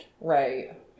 right